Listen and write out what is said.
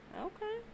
Okay